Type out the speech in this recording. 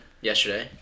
yesterday